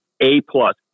A-plus